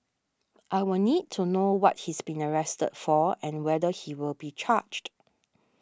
I will need to know what he's been arrested for and whether he will be charged